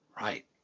Right